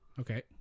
Okay